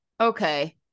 Okay